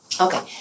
Okay